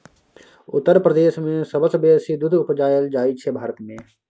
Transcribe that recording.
उत्तर प्रदेश मे सबसँ बेसी दुध उपजाएल जाइ छै भारत मे